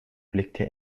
blickte